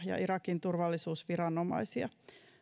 ja irakin turvallisuusviranomaisia